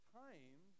time